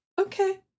Okay